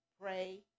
pray